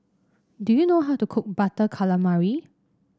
do you know how to cook Butter Calamari